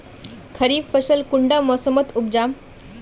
खरीफ फसल कुंडा मोसमोत उपजाम?